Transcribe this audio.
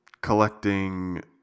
Collecting